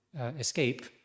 escape